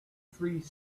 three